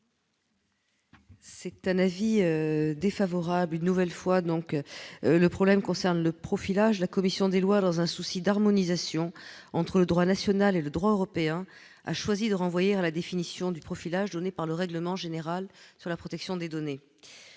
? Il s'agit encore une fois du problème du profilage. La commission des lois, dans un souci d'harmonisation entre le droit national et le droit européen, a choisi de renvoyer à la définition du profilage donné par le règlement général sur la protection des données.